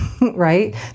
Right